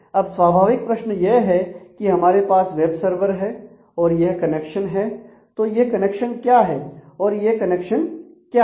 अब स्वाभाविक प्रश्न यह है कि हमारे पास वेब सर्वर हैं और यह कनेक्शन है तो यह कनेक्शन क्या है और यह कनेक्शन क्या है